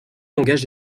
langage